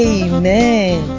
amen